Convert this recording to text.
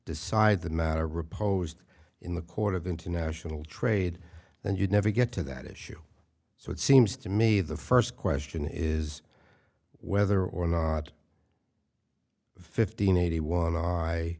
decide the matter reposed in the court of international trade and you'd never get to that issue so it seems to me the first question is whether or not fifteen eighty one i